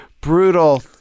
brutal